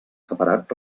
separat